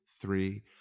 three